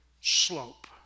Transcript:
slope